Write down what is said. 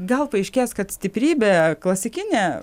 gal paaiškės kad stiprybė klasikinė